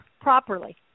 properly